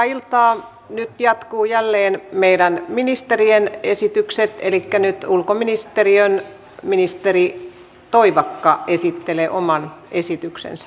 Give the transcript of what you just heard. nyt jatkuvat jälleen meidän ministeriemme esitykset elikkä nyt ulkoministeriön ministeri toivakka esittelee oman esityksensä